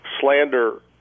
slander